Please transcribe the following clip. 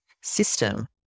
system